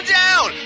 down